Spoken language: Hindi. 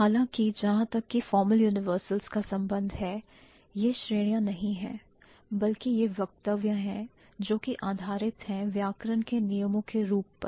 ss हालांकि जहां तक की formal universals का संबंध है यह है श्रेणियां नहीं हैं बल्कि यह वक्तव्य हैं जो कि आधारित हैं व्याकरण के नियमों के रूप पर